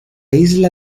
isla